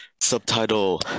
subtitle